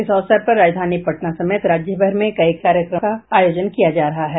इस अवसर पर राजधानी पटना समेत राज्य भर मे कई कार्यक्रमों का आयोजन किया जा रहा है